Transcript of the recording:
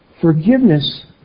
Forgiveness